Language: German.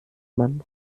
man